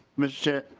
mr.